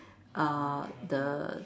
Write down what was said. uh the